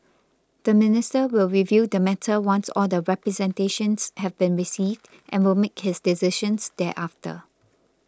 the minister will review the matter once all the representations have been received and will make his decisions thereafter